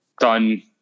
done